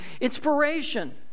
inspiration